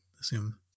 assume